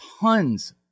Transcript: Tons